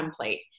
template